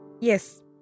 Yes